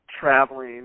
traveling